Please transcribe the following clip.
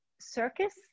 circus